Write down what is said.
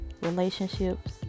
relationships